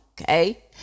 Okay